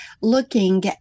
looking